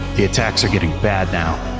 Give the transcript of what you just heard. the attacks are getting bad now.